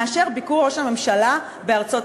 מאשר ביקור ראש הממשלה בארצות-הברית.